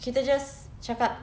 kita just cakap